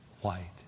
white